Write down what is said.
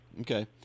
okay